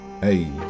hey